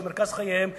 שמרכז חייהן בשכם,